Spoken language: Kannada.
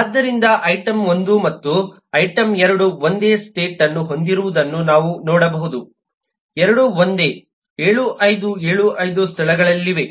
ಆದ್ದರಿಂದ ಐಟಂ 1 ಮತ್ತು ಐಟಂ 2 ಒಂದೇ ಸ್ಟೇಟ್ ಅನ್ನು ಹೊಂದಿರುವುದನ್ನು ನಾವು ನೋಡಬಹುದು ಎರಡೂ ಒಂದೇ 75 75 ಸ್ಥಳಗಳಲ್ಲಿವೆ